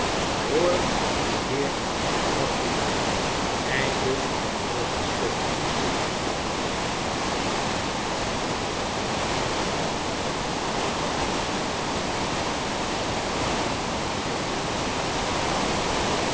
de heer mortibooi